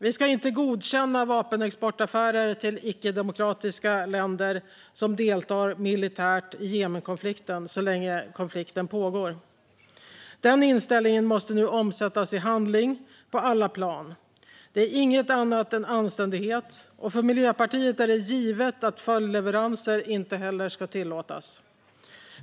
Vi ska inte godkänna vapenexportaffärer till icke-demokratiska länder som deltar militärt i Jemenkonflikten så länge konflikten pågår. Denna inställning måste nu omsättas i handling på alla plan. Det är inget annat än anständighet, och för Miljöpartiet är det givet att följdleveranser inte heller ska tillåtas.